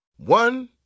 One